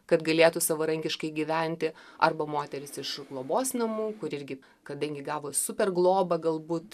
kad galėtų savarankiškai gyventi arba moteris iš globos namų kur irgi kadangi gavo super globą galbūt